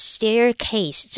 Staircase